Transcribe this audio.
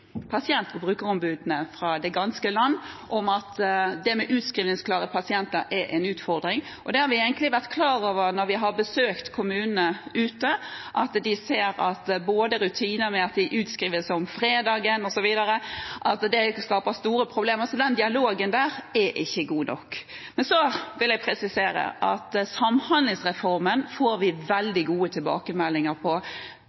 og brukerombudene kommer fra det ganske land, nemlig at det med utskrivningsklare pasienter er en utfordring. Det har vi egentlig blitt klar over når vi har besøkt kommunene, f.eks. at rutiner med at de skrives ut på fredag skaper store problemer. Så den dialogen er ikke god nok. Så vil jeg presisere at får vi veldig gode tilbakemeldinger på